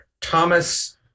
Thomas